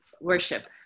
worship